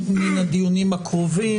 מהדיונים הקרובים.